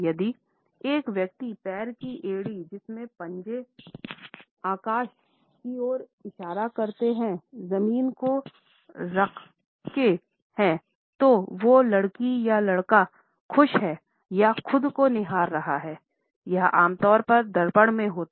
यदि एक व्यक्ति पैर की एड़ी जिसमे पंजे आकाश की ओर इशारा करते है जमीन पर रखखे हैं तो वो लड़का या लड़की खुश है या खुद को निहार रहा है यह आमतौर पर दर्पण में होता है